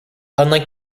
unlike